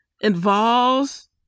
involves